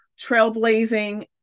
trailblazing